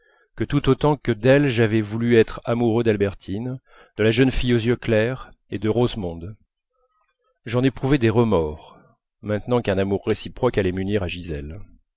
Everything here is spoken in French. que tout autant que d'elle j'avais voulu être amoureux d'albertine de la jeune fille aux yeux clairs et de rosemonde j'éprouvais des remords maintenant qu'un amour réciproque allait m'unir à gisèle